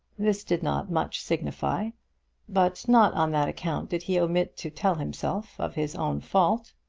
this did not much signify but not on that account did he omit to tell himself of his own fault.